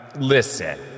listen